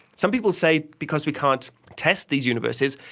some people say because we can't test these universes,